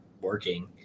working